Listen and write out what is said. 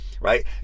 Right